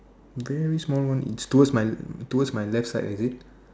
very small one its towards towards my left side is it